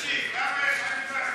חבר הכנסת שיק, למה יש עניבה?